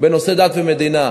בנושא דת ומדינה.